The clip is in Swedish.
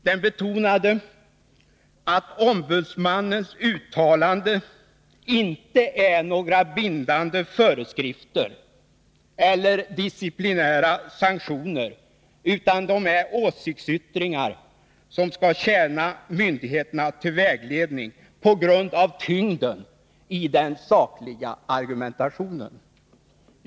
Där betonades att ombudsmannens uttalanden inte är några bindande föreskrifter eller disciplinära sanktioner, utan åsiktsyttringar som skall tjäna myndigheterna till vägledning på grund av tyngden i den sakliga argumentationen.